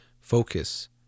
focus